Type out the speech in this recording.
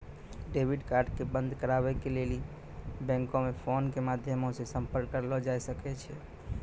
debit card के बंद कराबै के लेली बैंको मे फोनो के माध्यमो से संपर्क करलो जाय सकै छै